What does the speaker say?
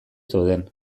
zeuden